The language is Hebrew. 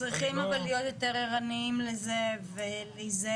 אבל אנחנו צריכים להיות יותר ערניים לזה ולהיזהר